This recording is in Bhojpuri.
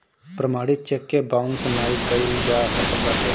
प्रमाणित चेक के बाउंस नाइ कइल जा सकत बाटे